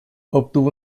obtuvo